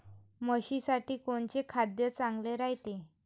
म्हशीसाठी कोनचे खाद्य चांगलं रायते?